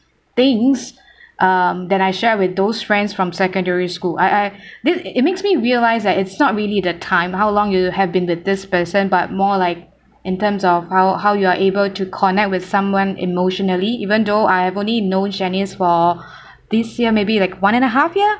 things um than I share with those friends from secondary school I I did it makes me realise that it's not really the time how long you have been with this person but more like in terms of how how you are able to connect with someone emotionally even though I have only known shanice for this year maybe like one and a half year